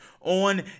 on